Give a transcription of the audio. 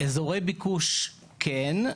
אזורי ביקוש, כן.